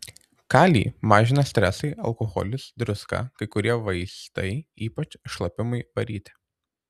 kalį mažina stresai alkoholis druska kai kurie vaistai ypač šlapimui varyti